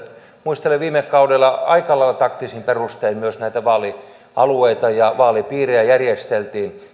muistelen että viime kaudella aika lailla taktisin perustein myös näitä vaalialueita ja vaalipiirejä järjesteltiin